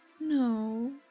No